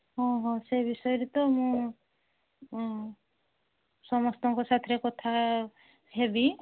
ହଁ ହଁ ସେ ବିଷୟରେ ତ ମୁଁ ସମସ୍ତଙ୍କ ସାଥିରେ କଥାହେବି